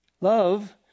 love